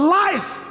life